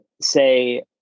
say